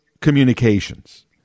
communications